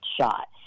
shot